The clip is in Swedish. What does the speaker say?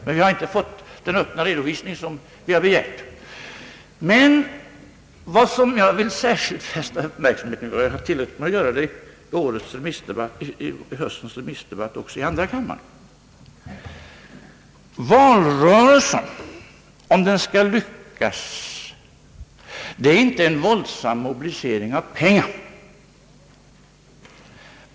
Men vi har inte fått den öppna redovisning vi begärt. Vad jag särskilt vill fästa uppmärksamheten vid — och jag tillät mig göra det också i höstens allmänna debatt i andra kammaren — är att valrörelsen för att lyckas inte måste innebära en våldsam mobilisering av pengar.